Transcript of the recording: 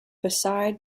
beside